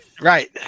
right